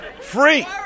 Free